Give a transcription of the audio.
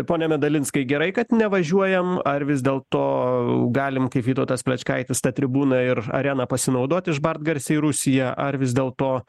pone medalinskai gerai kad nevažiuojam ar vis dėlto galim kaip vytautas plečkaitis ta tribūna ir arena pasinaudot išbart garsiai rusiją ar vis dėlto